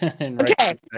Okay